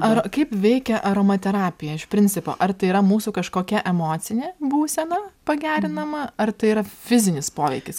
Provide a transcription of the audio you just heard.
ar kaip veikia aromaterapija iš principo ar tai yra mūsų kažkokia emocinė būsena pagerinama ar tai yra fizinis poveikis